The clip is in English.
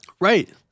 right